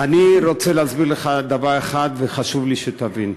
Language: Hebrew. אני רוצה להסביר לך דבר אחד, וחשוב לי שתבין: